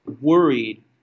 worried